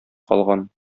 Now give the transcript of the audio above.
калган